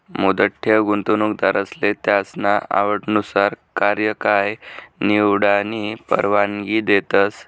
मुदत ठेव गुंतवणूकदारसले त्यासना आवडनुसार कार्यकाय निवडानी परवानगी देतस